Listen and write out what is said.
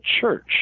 church